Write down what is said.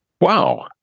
Wow